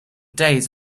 days